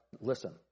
listen